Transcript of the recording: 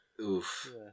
oof